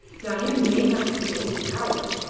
dain may have to be overpowered.